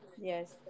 Yes